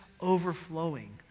overflowing